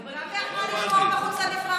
אז גם הוא יכול לבחור מחוץ לנבחרת,